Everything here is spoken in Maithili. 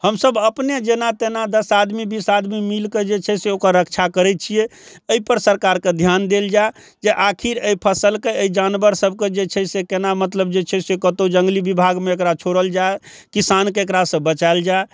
हमसब अपने जेना तेना दस आदमी बीस आदमी मिलकऽ जे छै से ओकर रक्षा करै छियै एहिपर सरकारके ध्यान देल जाय जे आखिर एहि फसलके एहि जानवर सबके जे छै से केना मतलब जे छै से कतौ जङ्गली बिभागमे एकरा छोड़ल जाय किसानके एकरा से बचाएल जाय